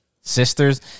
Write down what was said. sisters